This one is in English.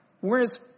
Whereas